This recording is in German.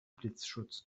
blitzschutz